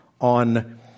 on